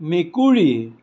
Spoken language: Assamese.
মেকুৰী